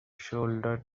shoulder